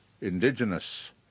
Indigenous